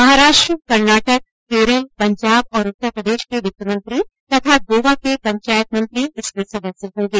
महाराष्ट्र कर्नाटक केरल पंजाब और उत्तर प्रदेश के वित्त मंत्री तथा गोवा के पंचायत मंत्री इसके सदस्य होंगे